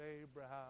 Abraham